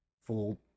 full